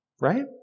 right